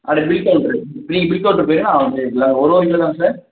அது bill counter நீங்கள் bill counter போய்டுங்க நான் ஒரு ஒரு கிலோ தான் சார்